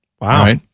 Wow